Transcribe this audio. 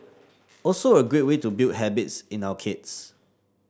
also a great way to build habits in our kids